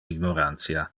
ignorantia